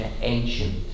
ancient